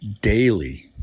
daily